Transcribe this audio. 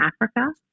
Africa